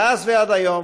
מאז ועד היום,